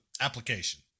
application